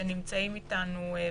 שנמצאים אתנו בזום.